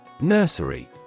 Nursery